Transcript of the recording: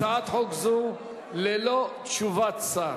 הצעת חוק ללא תשובת שר.